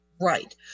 Right